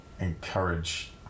encourage